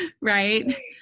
right